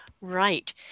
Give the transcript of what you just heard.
right